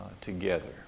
together